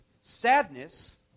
Sadness